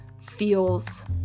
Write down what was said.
feels